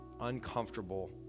uncomfortable